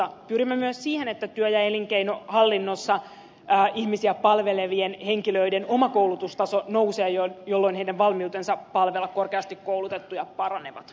pyrimme myös siihen että työ ja elinkeinohallinnossa ihmisiä palvelevien henkilöiden oma koulutustaso nousee jolloin heidän valmiutensa palvella korkeasti koulutettuja paranevat